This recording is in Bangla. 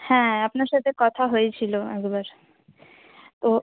হ্যাঁ আপনার সাথে কথা হয়েছিলো একবার তো